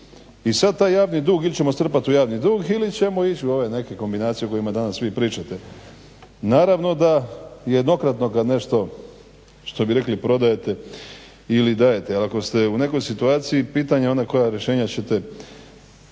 I sad taj javni dug ili ćemo strpati u javni dug, ili ćemo ići u ove neke kombinacije o kojima danas vi pričate. Naravno da jednokratno kad nešto što bi rekli prodajete ili dajete, jer ako ste u nekoj situaciji pitanja ona koja rješenja ćete